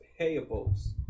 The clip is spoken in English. payables